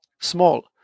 small